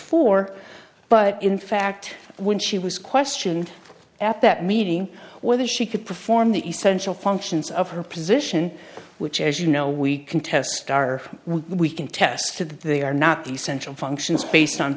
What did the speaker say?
for but in fact when she was questioned at that meeting whether she could perform the essential functions of her position which as you know we can test are we can test to that they are not the essential functions based on